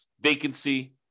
vacancy